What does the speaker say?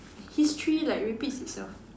history like repeats itself